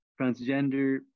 transgender